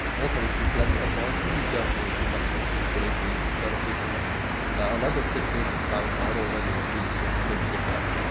also if you plan to add more, do be careful to not actually break things instead of fixing them. a lot of fixes found are already included in the qin fix pack.